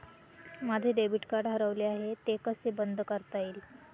माझे debit card हरवले आहे ते कसे बंद करता येईल?